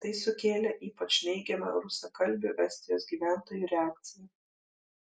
tai sukėlė ypač neigiamą rusakalbių estijos gyventojų reakciją